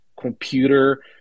computer